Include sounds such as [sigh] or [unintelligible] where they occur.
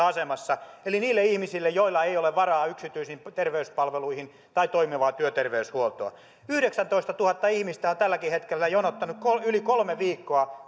[unintelligible] asemassa eli niille ihmisille joilla ei ole varaa yksityisiin terveyspalveluihin tai toimivaan työterveyshuoltoon yhdeksäntoistatuhatta ihmistä on tälläkin hetkellä jonottanut yli kolme viikkoa [unintelligible]